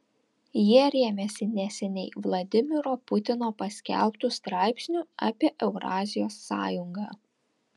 jie rėmėsi neseniai vladimiro putino paskelbtu straipsniu apie eurazijos sąjungą